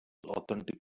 authentic